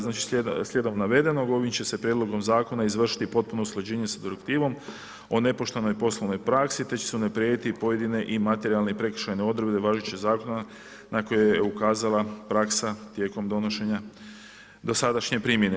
Znači slijedom navedenog ovim će se prijedlogom zakona izvršiti potpuno usklađenje sa direktivom o nepoštenoj poslovnoj praksi te će se unaprijediti pojedine i materijalne i prekršajne odredbe važećeg zakona na koji je ukazala praksa tijekom donošenja dosadašnje primjene.